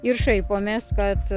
ir šaipomės kad